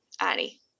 Annie